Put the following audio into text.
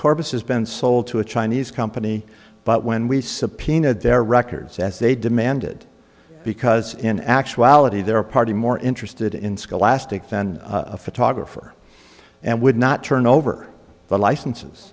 corpus has been sold to a chinese company but when we subpoenaed their records as they demanded because in actuality their party more interested in scholastic than a photographer and would not turn over the licenses